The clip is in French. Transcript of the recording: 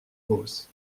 fausses